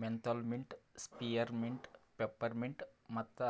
menthol mint, spearmint, peppermint ಮತ್ತ